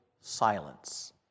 silence